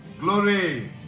glory